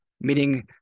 meaning